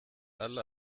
alle